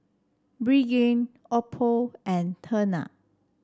Pregain Oppo and Tena